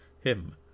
him